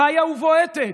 חיה ובועטת.